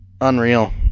Unreal